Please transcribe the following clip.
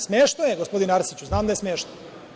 Smešno je, gospodine Arsiću, znam da je smešno.